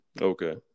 Okay